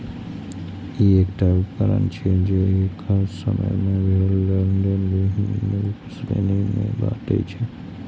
ई एकटा उकरण छियै, जे एक खास समय मे भेल लेनेदेन विभिन्न उप श्रेणी मे बांटै छै